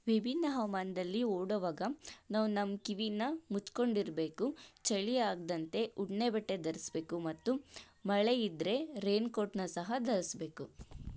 ವಿಭಿನ್ನ ಹವಾಮಾನ್ದಲ್ಲಿ ಓಡುವಾಗ ನಾವು ನಮ್ಮ ಕಿವಿನ ಮುಚ್ಚಿಕೊಂಡಿರ್ಬೇಕು ಚಳಿಯಾಗದಂತೆ ಉಣ್ಣೆ ಬಟ್ಟೆ ಧರಿಸ್ಬೇಕು ಮತ್ತು ಮಳೆ ಇದ್ದರೆ ರೈನ್ ಕೋಟ್ನ ಸಹ ಧರಿಸ್ಬೇಕು